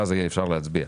ואז אפשר יהיה להצביע.